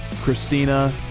Christina